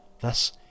thus